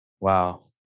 Wow